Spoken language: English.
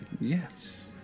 yes